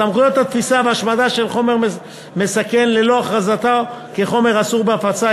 סמכויות התפיסה וההשמדה של חומר מסכן ללא הכרזתו כחומר אסור להפצה,